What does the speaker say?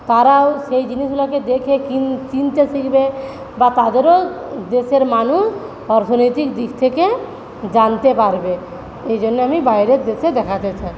তারাও সেই জিনিসগুলোকে দেখে চিনতে শিখবে বা তাদেরও দেশের মানুষ অর্থনৈতিক দিক থেকে জানতে পারবে এই জন্য আমি বাইরের দেশে দেখাতে চাই